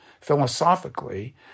philosophically